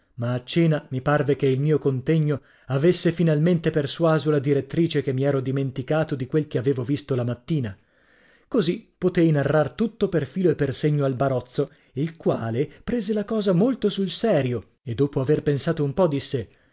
ma a cena mi parve che il mio contegno avesse finalmente persuaso la direttrice che mi ero dimenticato di quel che avevo visto la mattina così potei narrar tutto per filo e per segno al barozzo il quale prese la cosa molto sul serio e dopo aver pensato un po disse